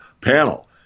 panel